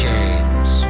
James